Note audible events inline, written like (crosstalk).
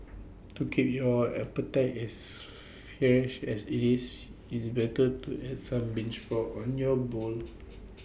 to keep your appetite as (hesitation) fresh as IT is it's better to add some bean sprouts on your bowl (noise)